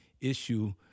issue